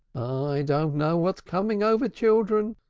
i don't know what's coming over children.